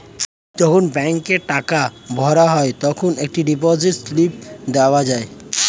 যখন ব্যাংকে টাকা ভরা হয় তখন একটা ডিপোজিট স্লিপ দেওয়া যায়